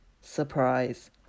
surprise